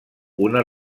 una